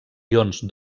ions